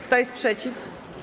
Kto jest przeciw?